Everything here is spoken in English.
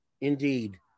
Indeed